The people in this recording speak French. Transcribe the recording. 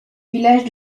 village